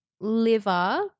liver